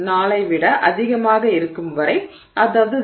4 ஐ விட அதிகமாக இருக்கும் வரை அதாவது 0